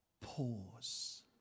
Pause